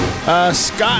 Scott